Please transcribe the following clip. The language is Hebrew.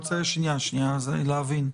שנייה, אני רוצה להבין,